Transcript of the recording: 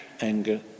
anger